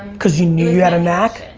because you knew you had a knack?